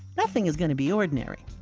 nothing is going to be ordinary.